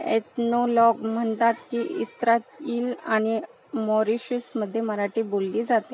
Ethnologue म्हणतात की Israel आणि मॉरिशियसमध्ये मराठी बोलली जाते